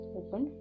open